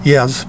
Yes